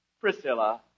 Priscilla